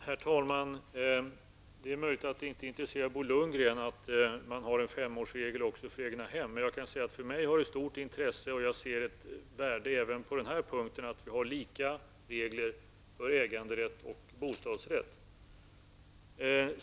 Herr talman! Det är möjligt att det inte intresserar Bo Lundgren att man har en femårsregel också för egnahem, men för mig har det stort intresse, och jag ser även på den här punkten ett värde i att vi har lika regler för äganderätt och bostadsrätt.